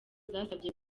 zasabye